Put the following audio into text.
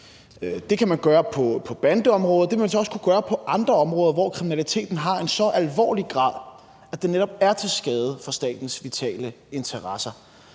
Det kan man gøre på bandeområdet, og det vil man så også kunne gøre på andre områder, hvor kriminaliteten har en så alvorlig karakter, at det netop er til skade for statens vitale interesser,